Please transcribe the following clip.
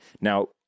Now